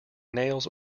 nails